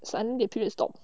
suddenly the periods stop